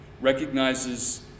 recognizes